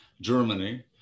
Germany